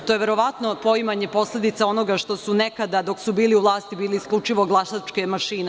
To je verovatno poimanje posledica onoga što su nekada dok su bili u vlasti bili isključivo glasačke mašine.